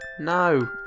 No